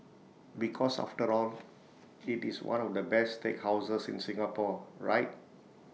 because after all IT is one of the best steakhouses in Singapore right